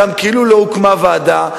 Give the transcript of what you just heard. וגם כאילו לא הוקמה ועדה.